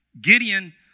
gideon